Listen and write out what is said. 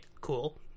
Cool